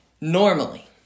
Normally